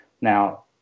Now